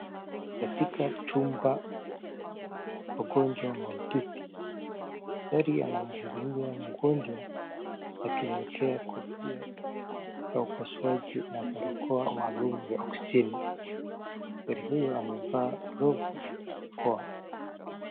Katika chumba cha wagonjwa mahututi, daktari anamhudumia mgonjwa akimwekea kofia ya upasuaji na barakoa maalum ya oksijeni. Daktari huyu amevaa glovu na barakoa.